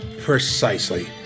Precisely